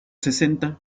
sesenta